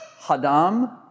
Hadam